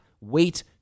wait